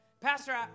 Pastor